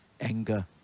anger